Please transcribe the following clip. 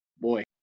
boy